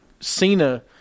Cena